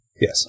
Yes